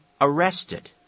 arrested